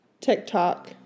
TikTok